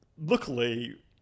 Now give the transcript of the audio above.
luckily